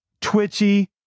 twitchy